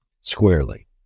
squarely